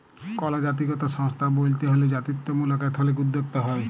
call জাতিগত সংস্থা ব্যইলতে হ্যলে জাতিত্ত্বমূলক এথলিক উদ্যোক্তা হ্যয়